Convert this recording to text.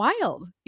wild